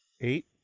Eight